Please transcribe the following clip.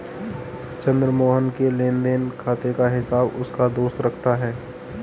चंद्र मोहन के लेनदेन खाते का हिसाब उसका दोस्त रखता है